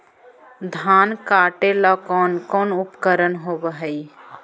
धान काटेला कौन कौन उपकरण होव हइ?